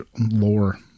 lore